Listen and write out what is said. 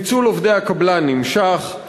ניצול עובדי הקבלן נמשך,